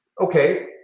Okay